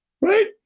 right